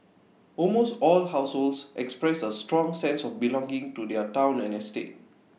almost all households expressed A strong sense of belonging to their Town and estate